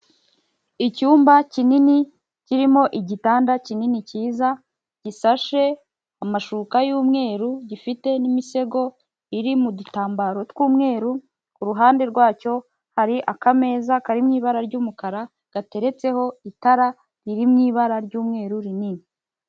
Icyumba kinini kirimo igitanda kinini cyiza gisashe amashuka y'umweru gifite n'imisego iri mu dutambaro tw'umweru, ku ruhande rwacyo hari akameza kari mu ibara ry'umukara gateretseho itara riri mu ibara ry'umweru rinini.